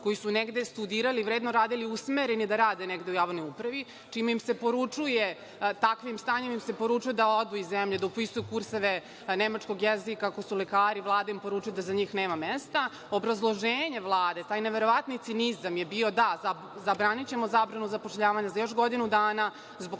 koji su negde studirali i vredno radili, usmereni da rade negde u javnoj upravi, čime im se poručuje, takvim stanjem im se poručuje odu iz zemlje, da upisuju kurseve nemačkog jezika, ako su lekari, Vlada im poručuje da za njih nema mesta. Obrazloženje Vlade, taj neverovatni cinizam je bio – da, zabranićemo zabranu zapošljavanja za još godinu dana